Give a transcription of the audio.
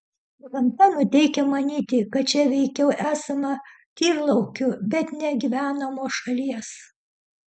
gamta nuteikia manyti kad čia veikiau esama tyrlaukių bet ne gyvenamos šalies